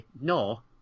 no